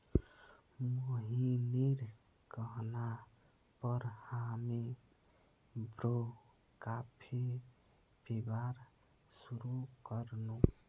मोहिनीर कहना पर हामी ब्रू कॉफी पीबार शुरू कर नु